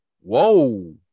whoa